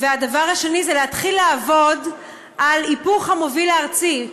והדבר השני זה להתחיל לעבוד על היפוך המוביל הארצי,